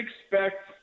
expect